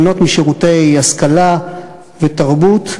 ליהנות משירותי השכלה ותרבות.